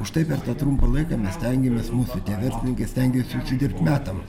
užtai per tą trumpą laiką mes stengiamės mūsų tie verslininkai stengiasi užsidirbt metam